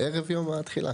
ערב יום התחילה.